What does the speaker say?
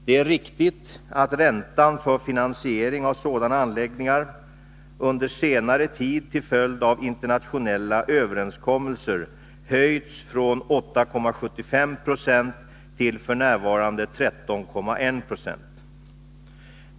Det är riktigt att räntan för finansiering av sådana anläggningar under senare tid till följd av internationella överenskommelser höjts från 8,75 9 till f.n. 13,1 26.